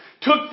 took